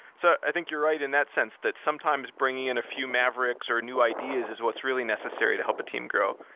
so i think you're right in that sense, that sometimes bringing in a few mavericks or new ideas is what's really necessary to help a teen grow,